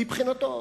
מבחינתו,